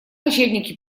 кочевники